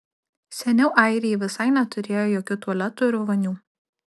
seniau airiai visai neturėjo jokių tualetų ir vonių